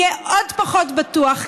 הוא יהיה עוד פחות בטוח,